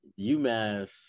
umass